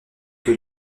que